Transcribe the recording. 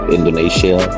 Indonesia